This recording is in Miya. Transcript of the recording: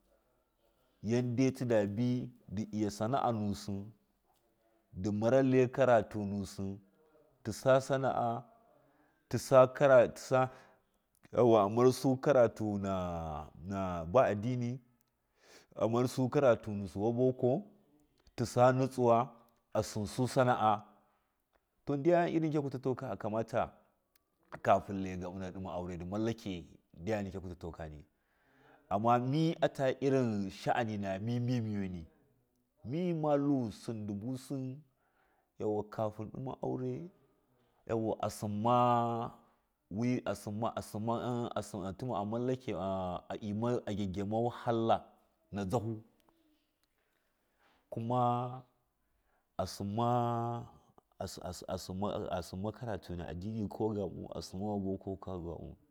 yaddai tii dabi ndi iya sananusi ndi mara lai karatunusi tisa sanaa tisa sana tisa yauwa amrsu karatu nana baaddini amarsu karatu nusi ba boko tisa nutsuwa asɨnsu sonaa to ndiyan niƙya kutato akamata kafin lai gaɓuna ndi ɗima aurɚndi mallake ndiga kutato koni amma mi mɚmɚni mimatlu sɨn busi yauwa kafin ndi ɗima aurɚ asɨnma asɨnma a mallake a a ghaghiyamau wahala na dzahu kuma asɨ asɨn asɨnma karatu na addini ko gaɓu asinma na boko.